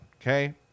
Okay